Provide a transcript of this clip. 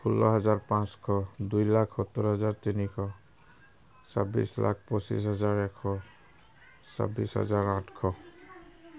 ষোল্ল হাজাৰ পাঁচশ দুই লাখ সত্তৰ হাজাৰ তিনিশ ছাব্বিছ লাখ পঁচিছ হাজাৰ এশ ছাব্বিছ হাজাৰ আঠশ